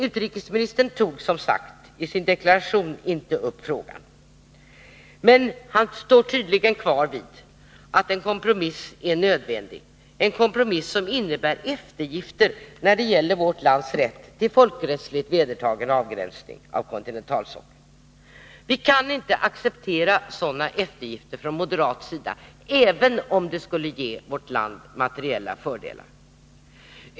Utrikesministern tog, som sagt, i sin deklaration inte upp frågan, men han står tydligen kvar vid att en kompromiss är nödvändig, en kompromiss som innebär eftergifter när det gäller vårt lands rätt till folkrättsligt vedertagen avgränsning av kontinentalsockeln. Vi kan från moderat sida inte acceptera sådana eftergifter, även om det skulle ge vårt land materiella fördelar.